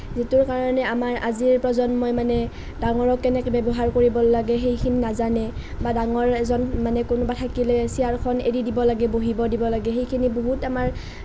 যিটোৰ কাৰণে আমাৰ আজিৰ প্ৰজন্মই মানে ডাঙৰক কেনেকে ব্যৱহাৰ কৰিব লাগে সেইখিনি নাজানে বা ডাঙৰ এজন কোনোবা থাকিলে চিয়াৰখন এৰি দিব লাগে বহিব দিব লাগে সেইখিনি বহুত আমাৰ